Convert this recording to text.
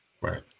right